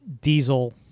Diesel